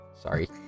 sorry